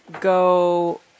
go